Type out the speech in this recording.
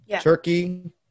turkey